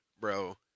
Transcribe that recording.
Bro